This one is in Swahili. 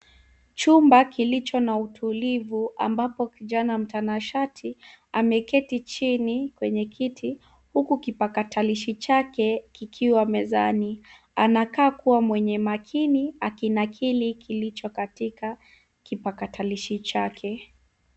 Chumba kilicho na utulivu ambapo kijana mtanashati ameketi chini kwenye kiti huku kipakatalishi chake kikiwa mezani. Anakaa kuwa mwenye makini akinakili kilicho katika kipakatalishi chake.